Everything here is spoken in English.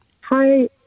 Hi